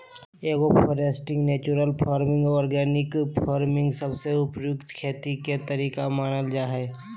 agro foresting, natural farming, organic farming सबसे उपयुक्त खेती के तरीका मानल जा हय